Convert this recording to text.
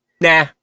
nah